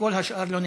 כל השאר לא נמצאים.